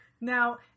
Now